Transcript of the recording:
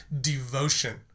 devotion